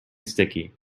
sticky